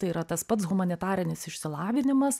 tai yra tas pats humanitarinis išsilavinimas